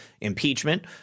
impeachment